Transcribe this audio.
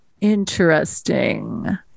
interesting